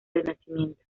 renacimiento